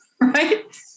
right